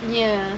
ya